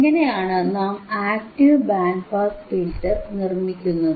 ഇങ്ങനെയാണ് നാം active band pass filter നിർമിക്കുന്നത്